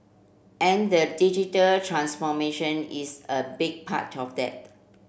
and the digital transformation is a big part of that